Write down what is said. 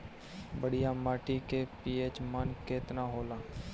बढ़िया माटी के पी.एच मान केतना होला?